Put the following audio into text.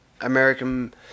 American